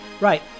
Right